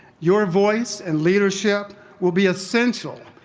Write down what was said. your voice and leadership will be essential,